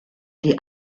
die